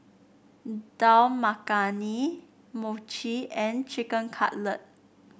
Dal Makhani Mochi and Chicken Cutlet